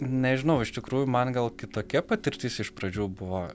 nežinau iš tikrųjų man gal kitokia patirtis iš pradžių buvo